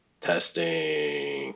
Testing